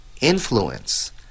influence